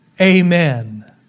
Amen